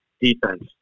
defense